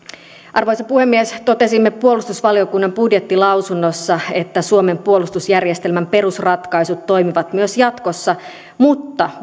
arvoisa puhemies totesimme puolustusvaliokunnan budjettilausunnossa että suomen puolustusjärjestelmän perusratkaisut toimivat myös jatkossa mutta